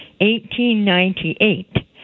1898